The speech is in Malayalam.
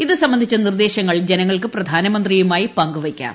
ഇത് സംബന്ധിച്ച നിർദ്ദേശങ്ങൾ ജനങ്ങൾക്ക് പ്രധാനമന്ത്രിയുമായി പങ്കുവയ്ക്കാം